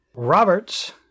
Roberts